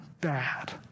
bad